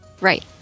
Right